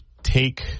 take